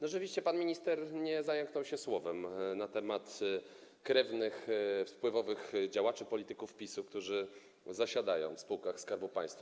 Rzeczywiście pan minister nie zająknął się ani słowem na temat krewnych wpływowych działaczy polityków PiS-u, którzy zasiadają w spółkach Skarbu Państwa.